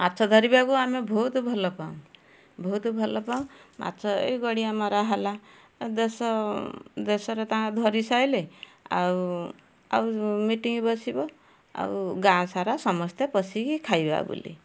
ମାଛ ଧରିବାକୁ ଆମେ ବହୁତ ଭଲ ପାଉଁ ବହୁତ ଭଲ ପାଉଁ ମାଛ ଏଇ ଗଡ଼ିଆ ମାରା ହେଲା ଦେଶ ଦେଶରେ ତାଙ୍କ ଧରିସାଇଲେ ଆଉ ଆଉ ମିଟିଙ୍ଗ ବସିବ ଆଉ ଗାଁ ସାରା ସମସ୍ତେ ପଶିକି ଖାଇବା ବୋଲି